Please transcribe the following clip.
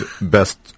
best